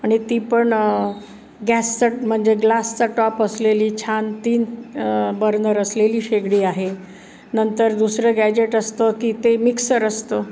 आणि ती पण गॅसचं म्हणजे ग्लासचा टॉप असलेली छान तीन बर्नर असलेली शेगडी आहे नंतर दुसरं गॅजेट असतं की ते मिक्सर असतं